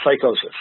psychosis